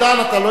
אתה לא יכול,